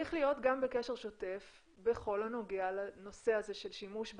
צריך להיות גם בקשר שוטף בכל הנוגע לנושא הזה של שימוש ברשת,